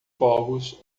povos